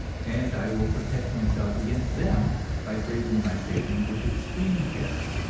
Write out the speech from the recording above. and i will protect myself against them by phrasing my statement with extreme care.